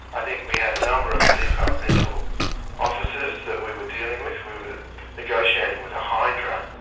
i think we had a number of departmental offices that we were dealing with, we were negotiating with a hydra,